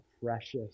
precious